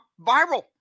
viral